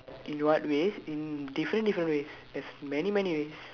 in what ways in different different ways there's many many ways